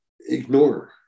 ignore